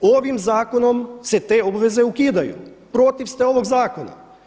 Ovim zakonom se te obveze ukidaju, protiv ste ovog zakona.